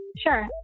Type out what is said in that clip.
Sure